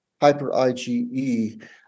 hyper-IgE